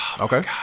Okay